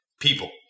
people